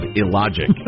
illogic